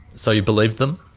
so you believed them?